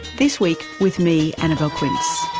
this week with me, annabelle quince.